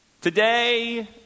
Today